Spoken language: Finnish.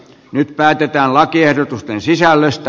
nyt päätetään lakiehdotusten sisällöstä